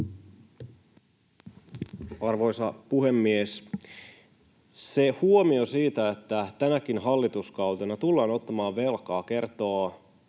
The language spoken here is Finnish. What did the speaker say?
Arvoisa puhemies! Se huomio siitä, että tänäkin hallituskautena tullaan ottamaan velkaa,